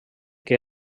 que